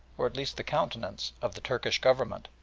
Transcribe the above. or at least the countenance of the turkish government.